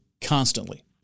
constantly